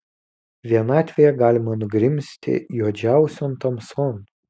vienatvėje galima nugrimzti juodžiausion tamson